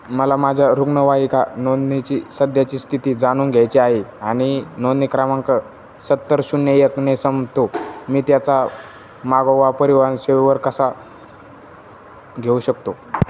मला माझ्या रुग्णवाहिका नोंदणीची सध्याची स्थिती जाणून घ्यायची आहे आणि नोंदणी क्रमांक सत्तर शून्य एकने संपतो मी त्याचा मागोवा परिवहन सेवेवर कसा घेऊ शकतो